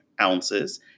ounces